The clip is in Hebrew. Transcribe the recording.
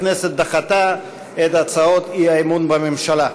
מליאת הכנסת דחתה את הצעות האי-אמון בממשלה.